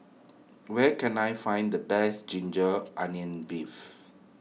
where can I find the Best Ginger Onions Beef